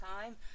time